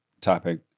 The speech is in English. topic